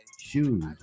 shoes